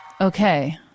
okay